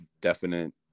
definite